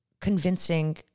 convincing